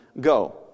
Go